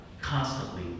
Constantly